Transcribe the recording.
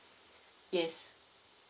yes